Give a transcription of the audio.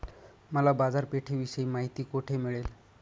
मला बाजारपेठेविषयी माहिती कोठे मिळेल?